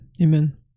amen